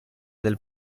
del